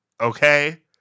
okay